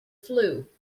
flu